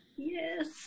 Yes